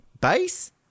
base